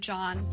John